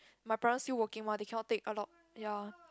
my parents still working mah they cannot take a lot ya